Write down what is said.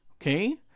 Okay